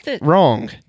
wrong